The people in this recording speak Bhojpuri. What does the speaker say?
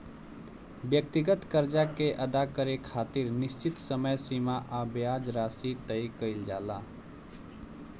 व्यक्तिगत कर्जा के अदा करे खातिर निश्चित समय सीमा आ ब्याज राशि तय कईल जाला